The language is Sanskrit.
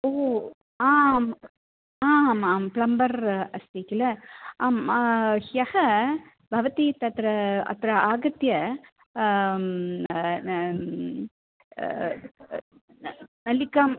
ओ आम् आमां प्लम्बर् अस्ति किल अं ह्यः भवती तत्र अत्र आगत्य न न नलिकां